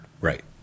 Right